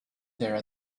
there